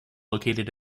located